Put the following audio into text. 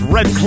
Red